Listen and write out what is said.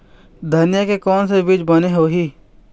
धनिया के कोन से बीज बने होही?